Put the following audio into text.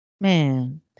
Man